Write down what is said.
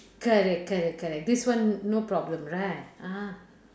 correct correct correct this one no problem right ah